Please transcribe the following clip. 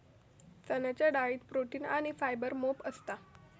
चण्याच्या डाळीत प्रोटीन आणी फायबर मोप असता